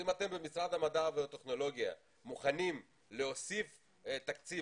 אם אתם במשרד המדע והטכנולוגיה מוכנים להוסיף תקציב